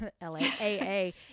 L-A-A